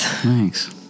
thanks